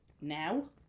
now